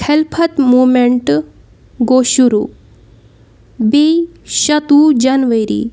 ہیلپَتھ موٗمینٹ گوٚو شُروع بیٚیہِ شَتوُہ جَنؤری